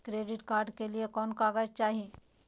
Credit card के लिए कौन कागज चाही?